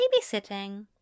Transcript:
babysitting